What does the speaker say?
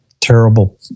terrible